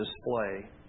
display